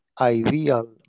ideal